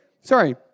sorry